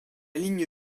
ligne